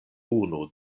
unu